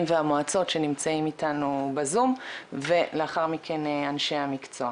והמועצות שנמצאים איתנו בזום ולאחר מכן אנשי המקצוע.